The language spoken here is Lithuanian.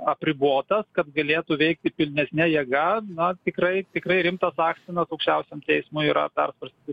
apribotas kad galėtų veikti pilnesne jėga na tikrai tikrai rimtas akstinas aukščiausiam teismui yra persvarstyti